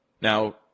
Now